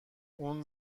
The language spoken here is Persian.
اون